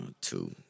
Two